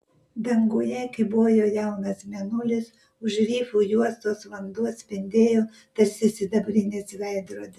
danguje kybojo jaunas mėnulis už rifų juostos vanduo spindėjo tarsi sidabrinis veidrodis